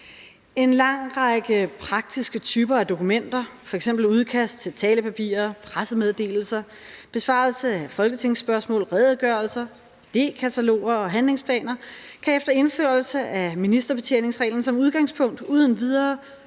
En lang række forskellige praktiske dokumenter, f.eks. udkast til talepapirer, pressemeddelelser, besvarelse af folketingsspørgsmål, redegørelser, idékataloger og handlingsplaner kan efter indførelsen af ministerbetjeningsreglen som udgangspunkt uden videre